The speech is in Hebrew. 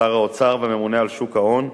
שר האוצר והממונה על שוק ההון,